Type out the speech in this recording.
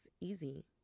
easy